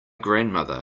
grandmother